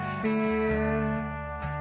fears